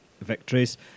victories